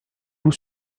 loup